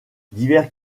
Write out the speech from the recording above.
divers